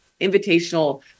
invitational